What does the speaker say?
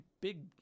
big